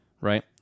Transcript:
right